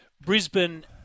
Brisbane